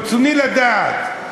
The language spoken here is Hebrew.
ברצוני לדעת,